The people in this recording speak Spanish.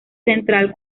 central